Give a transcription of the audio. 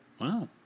Wow